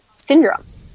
syndromes